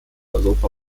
europa